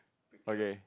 okay